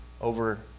over